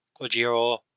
Kojiro